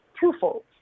twofold